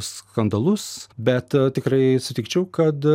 skandalus bet tikrai sutikčiau kad